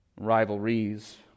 rivalries